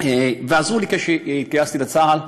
ועזרו לי כשהתגייסתי לצה"ל,